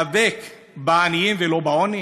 להיאבק בעניים ולא בעוני?